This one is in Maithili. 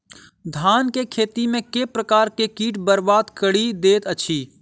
धान केँ खेती मे केँ प्रकार केँ कीट बरबाद कड़ी दैत अछि?